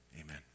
Amen